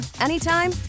anytime